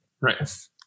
Right